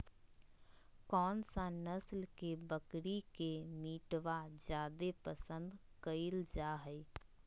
कौन सा नस्ल के बकरी के मीटबा जादे पसंद कइल जा हइ?